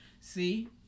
See